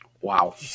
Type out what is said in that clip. Wow